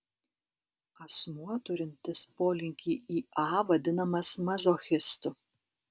asmuo turintis polinkį į a vadinamas mazochistu